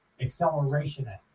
Accelerationists